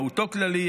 מהותו כללית,